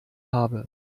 habe